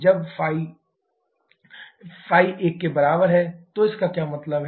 जब ϕ 1 के बराबर है का मतलब क्या है